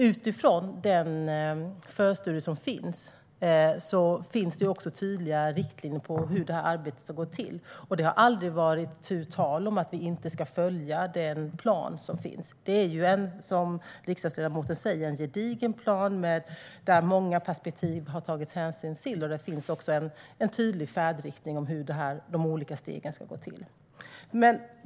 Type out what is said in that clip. Utifrån förstudien finns det också tydliga riktlinjer för hur det här arbetet ska gå till, och det har aldrig varit tal om att vi inte ska följa den planen. Det är ju, som riksdagsledamoten säger, en gedigen plan där man har tagit hänsyn till många perspektiv, och där finns också en tydlig färdriktning om hur de olika stegen ska gå till.